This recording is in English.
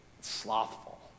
slothful